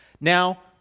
Now